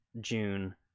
june